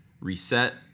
Reset